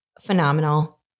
phenomenal